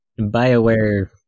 Bioware